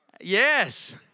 Yes